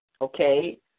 Okay